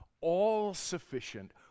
all-sufficient